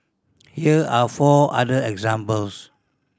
here are four other examples